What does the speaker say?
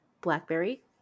blackberry